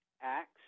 Acts